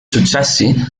successi